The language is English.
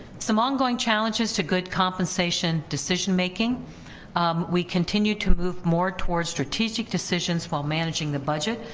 some ongoing challenges to good compensation decision making we continue to move more toward strategic decisions while managing the budget,